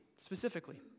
specifically